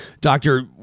Doctor